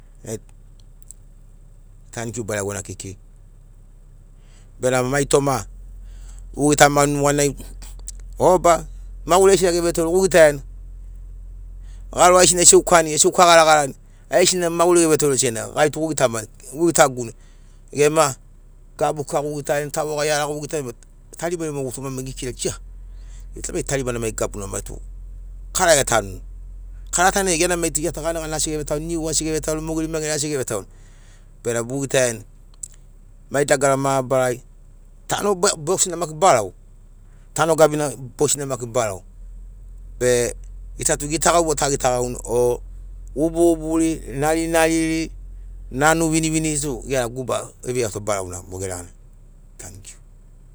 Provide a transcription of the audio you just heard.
tanikiu baregona kekei bena mai toma ogitamani neganai oba maguri aigesina evetoreni gogitaiani garo aigesina esegukani eseguka garagarani aigesina maguri evetoreni senagi gai tu gogitamani o gitaguni gena gabu kika gogitarini tavoga iaraga gogitarini tarimarima gutuma magekirani ia! Gita mai tarima gabana mai tu kara etanuni, kara ta nai gia tu ganigani asi gevetauni niu asi gevetauni mogeri maigeri asi gevetauni benamo bogitaiani mai dagara mabarari tano bosina maki barautano gabina bosina maki barau be gita tu gitagau mo tagitagauni ogubuguburi narinariri nanu viniviniri tu gera guba eveiato barau mo geregana tanikiu.